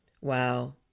wow